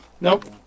Nope